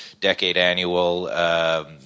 decade-annual